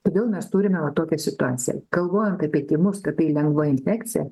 todėl mes turime va tokią situaciją galvojant apie tymus kad tai lengva infekcija